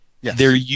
Yes